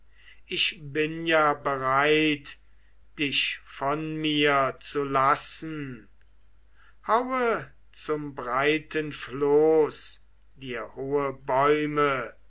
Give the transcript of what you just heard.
ich bin ja bereit dich von mir zu lassen haue zum breiten floß dir hohe bäume